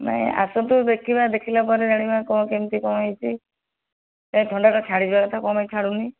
ନାଇଁ ଆସନ୍ତୁ ଦେଖିବା ଦେଖିଲା ପରେ ଜାଣିବା କ'ଣ କେମିତି କ'ଣ ହୋଇଛି ଏ ଥଣ୍ଡାଟା ଛାଡ଼ିଯିବା କଥା କ'ଣ ପାଇଁ ଛାଡ଼ୁନି